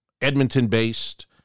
Edmonton-based